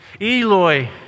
Eloi